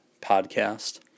podcast